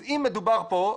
אז אם מדובר פה,